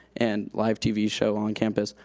and live tv show on campus,